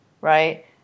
Right